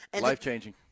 Life-changing